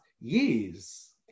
years